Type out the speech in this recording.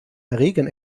erregern